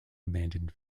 abandoned